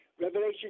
Revelation